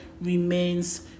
remains